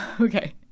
okay